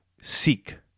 seek